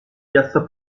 piazza